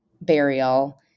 burial